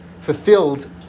fulfilled